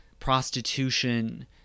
prostitution